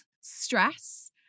stress